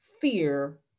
fear